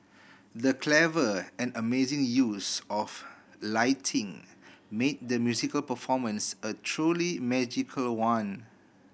the clever and amazing use of lighting made the musical performance a truly magical one